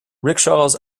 rickshaws